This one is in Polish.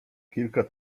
kilka